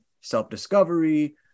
self-discovery